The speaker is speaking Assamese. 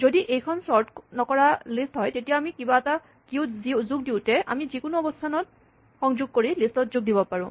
যদি এইখন চৰ্ট নকৰা লিষ্ট হয় তেতিয়া আমি কিবা এটা কিউত যোগ দিওতে আমি যিকোনো অৱস্হানত সংযোগ কৰি লিষ্টত যোগ দিব পাৰোঁ